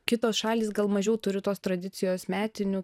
kitos šalys gal mažiau turi tos tradicijos metinių